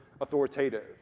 authoritative